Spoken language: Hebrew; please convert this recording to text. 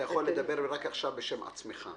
ברגע זה אתה יכול לדבר רק בשם עצמך.